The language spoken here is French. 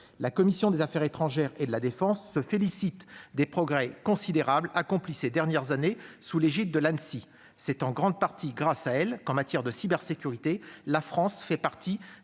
La commission des affaires étrangères, de la défense et des forces armées se félicite des progrès considérables accomplis ces dernières années sous l'égide de l'Anssi. C'est en grande partie grâce à elle que, en matière de cybersécurité, la France fait partie